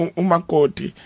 umakoti